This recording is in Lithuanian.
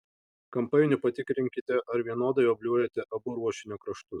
kampainiu patikrinkite ar vienodai obliuojate abu ruošinio kraštus